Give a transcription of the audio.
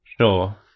Sure